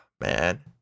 man